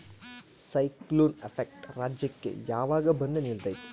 Cyclone effect ರಾಜ್ಯಕ್ಕೆ ಯಾವಾಗ ಬಂದ ನಿಲ್ಲತೈತಿ?